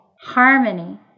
harmony